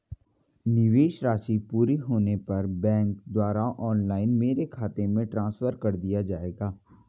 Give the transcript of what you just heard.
निवेश राशि पूरी होने पर बैंक द्वारा ऑनलाइन मेरे खाते में ट्रांसफर कर दिया जाएगा?